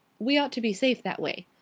we ought to be safe that way.